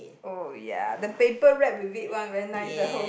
oh ya the paper wrap with it one very nice a home